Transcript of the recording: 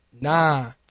Nah